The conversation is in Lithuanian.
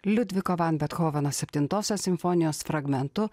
liudviko van bethoveno septintosios simfonijos fragmentu